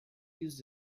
used